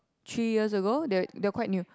three years ago they're they're quite new